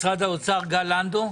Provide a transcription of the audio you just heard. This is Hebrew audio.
משרד האוצר, גל לנדו.